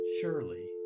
Surely